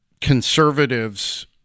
conservatives